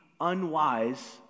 unwise